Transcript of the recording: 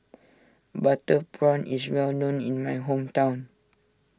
Butter Prawn is well known in my hometown